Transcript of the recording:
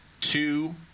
two